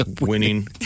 winning